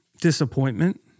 Disappointment